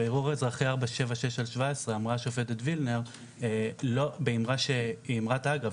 בערעור אזרחי 476/17 אמרה השופטת וילנר בפירוש באמרת אגב,